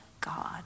God